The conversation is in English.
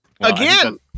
Again